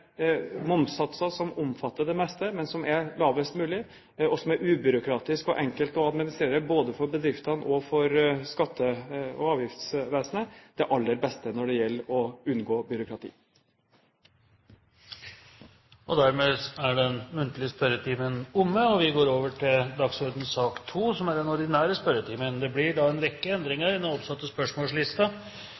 lavest mulig, og som er ubyråkratisk og enkelt å administrere både for bedriftene og for skatte- og avgiftsvesenet, det aller beste når det gjelder å unngå byråkrati. Dermed er den muntlige spørretimen omme, og vi går over til den ordinære spørretimen. Det blir en rekke endringer i den oppsatte